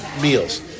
meals